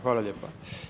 Hvala lijepa.